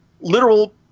literal